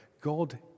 God